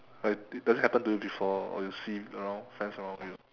like does it happen to you before or you see you know friends around you